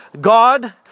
God